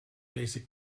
basic